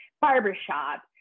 barbershop